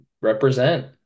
Represent